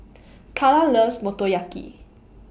Karla loves Motoyaki